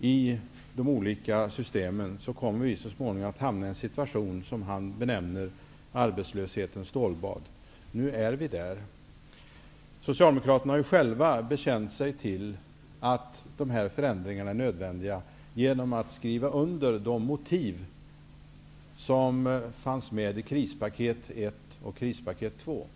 i de olika systemen, kom mer vi så småningom att hamna i en situation som han benämner arbetslöshetens stålbad. Nu är vi där. Socialdemokraterna har ju själva bekänt att de här förändringarna är nödvändiga i och med att de skrivit under på de motiv som fanns med i krispa keten 1 och 2.